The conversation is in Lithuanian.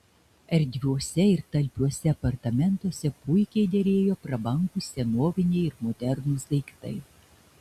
erdviuose ir talpiuose apartamentuose puikiai derėjo prabangūs senoviniai ir modernūs daiktai